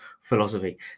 philosophy